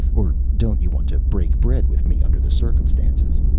or don't you want to break bread with me, under the circumstances?